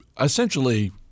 essentially